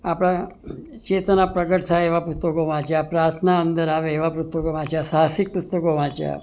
આપણા ચેતના પ્રગટ થાય એવા પુસ્તકો વાંચ્યા પ્રાર્થના અંદર આવે એવા પુસ્તકો વાંચ્યા સાહસિક પુસ્તકો વાંચ્યા